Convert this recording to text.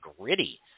gritty